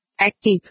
Active